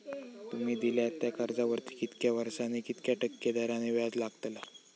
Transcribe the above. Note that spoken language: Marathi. तुमि दिल्यात त्या कर्जावरती कितक्या वर्सानी कितक्या टक्के दराने व्याज लागतला?